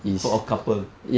for a couple